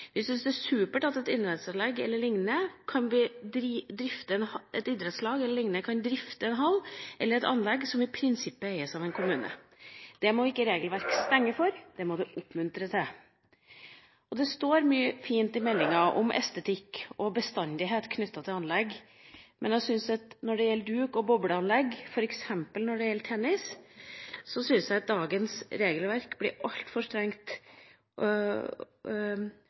det er supert at idrettslag e.l. kan drifte en hall eller et anlegg som i prinsippet eies av en kommune. Det må ikke regelverk stenge for, det må det oppmuntre til. Det står mye fint i meldinga om estetikk og bestandighet knyttet til anlegg, men når det gjelder duk- og bobleanlegg – f.eks. når det gjelder tennis – syns jeg dagens regelverk blir altfor strengt